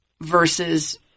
versus